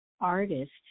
artist